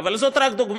אבל זאת רק דוגמה.